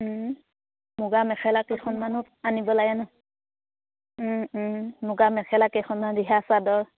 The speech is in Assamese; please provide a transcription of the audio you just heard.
মুগা মেখেলা কেইখনমানত আনিব লাগে ন মুগা মেখেলা কেইখনমান ৰিহা চাদৰ